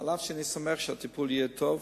אף שאני סומך שהטיפול יהיה טוב,